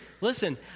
Listen